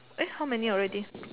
eh how many already